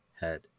head